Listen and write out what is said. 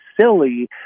silly